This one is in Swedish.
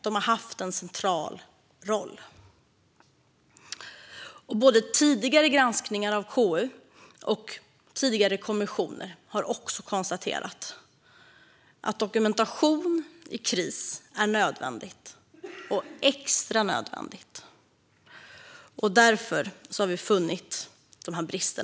Den har haft en central roll. Både tidigare granskningar av KU och tidigare kommissioner har konstaterat att dokumentation i kris är extra nödvändig. Därför har vi funnit dessa brister.